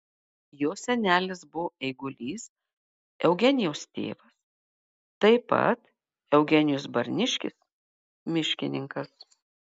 jo senelis buvo eigulys eugenijaus tėvas taip pat eugenijus barniškis miškininkas